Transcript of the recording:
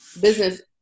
business